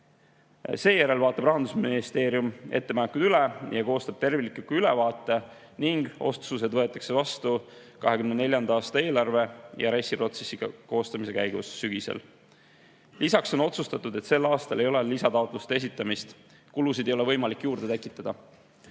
Seejärel vaatab Rahandusministeerium ettepanekud üle ja koostab tervikliku ülevaate ning otsused võetakse vastu 2024. aasta eelarve ja RES-i koostamise protsessi käigus, sügisel. Lisaks on otsustatud, et sel aastal ei ole lisataotluste esitamist, kulusid ei ole võimalik juurde tekitada.